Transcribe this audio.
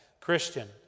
Christian